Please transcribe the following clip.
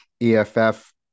EFF